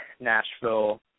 nashville